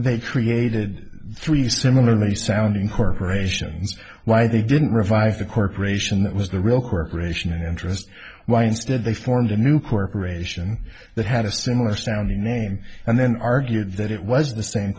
they created three similarly sounding corporations why they didn't revive the corporation that was the real corporation interest why instead they formed a new corporation that had a similar sounding name and then argued that it was the same